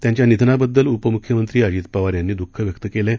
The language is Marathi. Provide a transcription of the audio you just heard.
त्यांच्या निधनाबद्दल उपमुख्यमंत्री अजित पवार यांनी दूःख व्यक्त केलं आहे